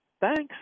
Thanks